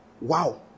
wow